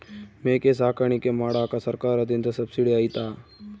ಮೇಕೆ ಸಾಕಾಣಿಕೆ ಮಾಡಾಕ ಸರ್ಕಾರದಿಂದ ಸಬ್ಸಿಡಿ ಐತಾ?